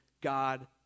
God